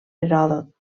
heròdot